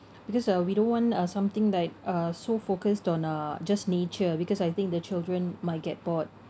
because uh we don't want uh something like uh so focused on uh just nature because I think the children might get bored